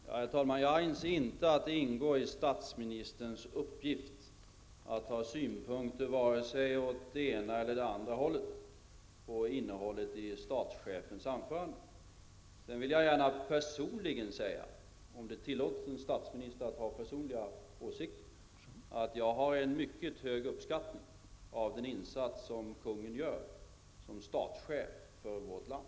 Herr talman! Jag anser inte att det ingår i statsministerns uppgifter att ha synpunkter åt det ena eller det andra hållet på innehållet i statschefens anförande. Sedan vill jag personligen gärna säga, om det tillåts en statsminister att ha personliga åsikter, att jag har en mycket hög uppskattning av den insats som kungen gör som statschef för vårt land.